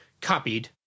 copied